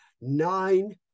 Nine